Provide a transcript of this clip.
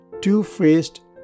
two-faced